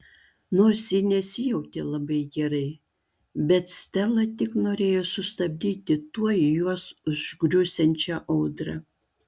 nors ji nesijautė labai gerai bet stela tik norėjo sustabdyti tuoj juos užgriūsiančią audrą